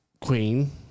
queen